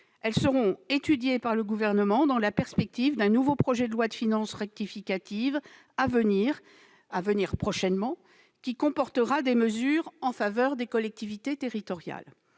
elles seront étudiées par le Gouvernement dans la perspective d'un nouveau projet de loi de finances rectificative à venir- prochainement -, qui comportera des mesures en faveur des collectivités territoriales.